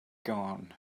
gone